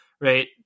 right